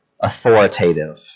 authoritative